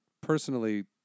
personally